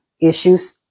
issues